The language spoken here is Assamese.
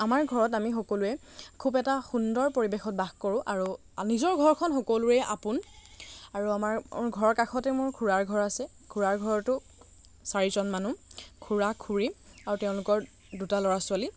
আমাৰ ঘৰত আমি সকলোৱে খুব এটা সুন্দৰ পৰিৱেশত বাস কৰোঁ আৰু নিজৰ ঘৰখন সকলোৰে আপোন আৰু আমাৰ ঘৰৰ কাষতে মোৰ খুৰাৰ ঘৰ আছে খুৰাৰ ঘৰতো চাৰিজন মানুহ খুৰা খুৰী আৰু তেওঁলোকৰ দুটা ল'ৰা ছোৱালী